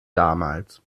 damals